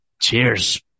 Cheers